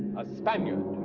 a spaniard.